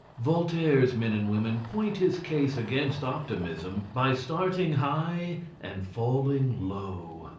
voltaire's men and women point his case against optimism by starting high and falling low.